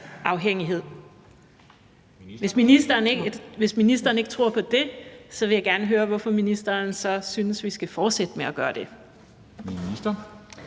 Hvis ministeren ikke tror på det, vil jeg gerne høre, hvorfor ministeren så synes, vi skal fortsætte med at gøre det.